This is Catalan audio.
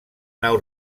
nau